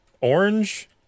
Orange